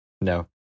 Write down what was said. No